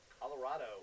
Colorado